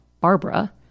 Barbara